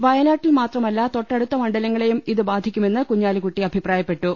വയനാട്ടിൽ മാത്രമല്ല തൊട്ട ടുത്ത മണ്ഡലങ്ങളെയും ഇത് ബാധിക്കുമെന്ന് കുഞ്ഞാലിക്കുട്ടി അഭിപ്രായപ്പെട്ടു